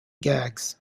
gags